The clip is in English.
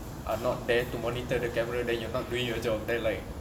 are not there to monitor the camera then you're not doing your job then like